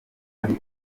ari